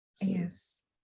Yes